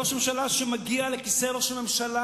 ראש ממשלה שמגיע לכיסא ראש הממשלה,